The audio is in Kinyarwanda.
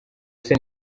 ese